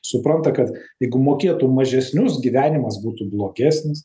supranta kad jeigu mokėtų mažesnius gyvenimas būtų blogesnis